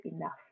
enough